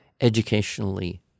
educationally